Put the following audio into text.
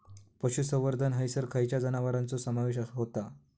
पशुसंवर्धन हैसर खैयच्या जनावरांचो समावेश व्हता?